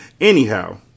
Anyhow